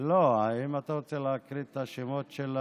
את השמות,